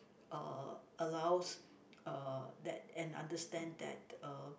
uh allows uh that and understand that uh